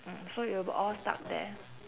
mm so it will be all stuck there